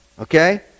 okay